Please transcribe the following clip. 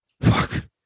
fuck